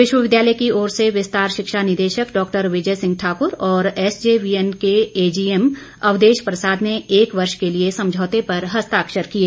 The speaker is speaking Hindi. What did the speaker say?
विश्वविद्यालय की ओर से विस्तार शिक्षा निदेशक डॉक्टर विजय सिंह ठाकुर और एसजेवीएन के एजी एम अवदेश प्रसाद ने एक वर्ष के लिए समझौते पर हस्ताक्षर किए